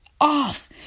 off